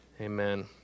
Amen